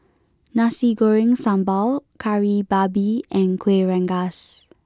Nasi Goreng Sambal Kari Babi and Kueh Rengas